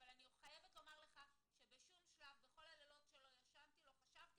אבל אני חייבת לומר לך שבשום שלב בכל הלילות שלא ישנתי לא חשבתי